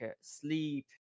sleep